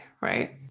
right